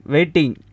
Waiting